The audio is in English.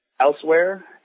Elsewhere